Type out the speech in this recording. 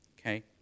Okay